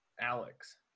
Alex